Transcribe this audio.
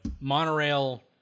Monorail